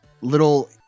little